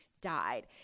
Died